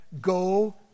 go